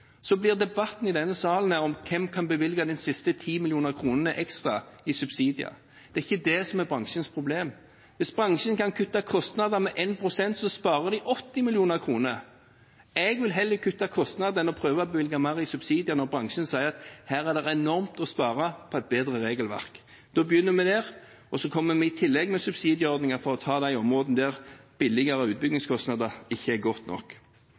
Så blir debatten i denne salen om hvem som kan bevilge de siste 10 mill. kr ekstra i subsidier. Det er ikke dette som er bransjens problem. Hvis bransjen kan kutte kostnader med 1 pst., sparer de 80 mill. kr. Jeg vil heller kutte kostnader enn å prøve å bevilge mer i subsidier, når bransjen sier at her er det enormt å spare på et bedre regelverk. Da begynner vi der, og så kommer vi i tillegg med subsidieordninger for de områdene der billigere utbyggingskostnader ikke er godt nok.